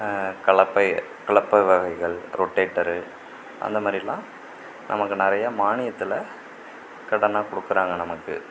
கலப்பை கலப்பை வகைகள் ரொட்டேட்டரு அந்த மாதிரிலாம் நமக்கு நிறையா மானியத்தில் கடனாக கொடுக்குறாங்க நமக்கு